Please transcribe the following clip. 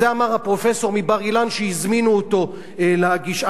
את זה אמר הפרופסור מבר-אילן שהזמינו אותו להגיש,